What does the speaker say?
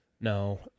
No